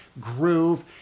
groove